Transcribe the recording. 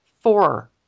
four